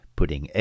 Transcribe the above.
putting